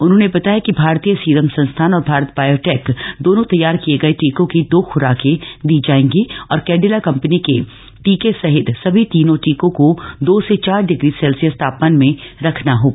उन्होंने बताया कि भारतीय सीरम संस्थान और भारत बायोटेक द्वारा तैयार किये गये टीकों की दो खुराकें दी जायेंगी और कैडिला कंपनी के टीके सहित समी तीनों टीकों को दो से चार डिग्री सेल्सियस तापमान में रखना होगा